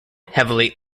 heavily